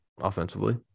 offensively